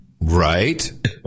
Right